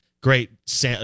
great